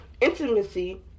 intimacy